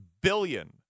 billion